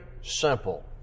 simple